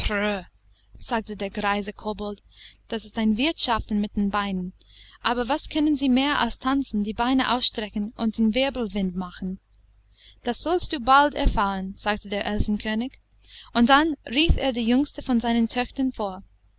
sagte der greise kobold das ist ein wirtschaften mit den beinen aber was können sie mehr als tanzen die beine ausstrecken und den wirbelwind machen das sollst du bald erfahren sagte der elfenkönig und dann rief er die jüngste von seinen töchtern vor